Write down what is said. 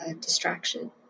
Distraction